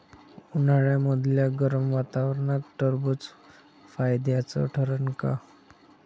उन्हाळ्यामदल्या गरम वातावरनात टरबुज फायद्याचं ठरन का?